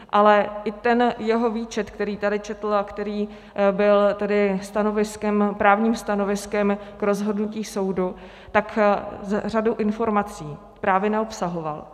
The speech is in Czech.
Ale i ten jeho výčet, který tady četl a který byl tedy stanoviskem, právním stanoviskem k rozhodnutí soudu, řadu informací právě neobsahoval.